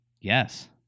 Yes